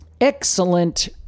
excellent